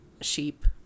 sheep